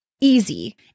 easy